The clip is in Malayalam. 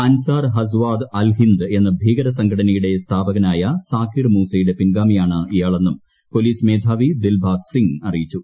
അൻസാർ ഗസ്വാദ് അൽ ഹിന്ദ് എന്ന ഭീകരസംഘടനയുടെ സ്ഥാപകനായ സാകിർ മൂസയുടെ പിൻഗാമിയാണ് ഇയാളെന്നും പൊലീസ് മേധാവി ദിൽബാഗ് സിംഗ് അറിയിച്ചു